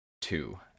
two